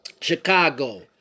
Chicago